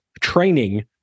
training